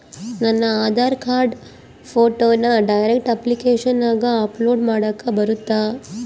ನನ್ನ ಆಧಾರ್ ಕಾರ್ಡ್ ಫೋಟೋನ ಡೈರೆಕ್ಟ್ ಅಪ್ಲಿಕೇಶನಗ ಅಪ್ಲೋಡ್ ಮಾಡಾಕ ಬರುತ್ತಾ?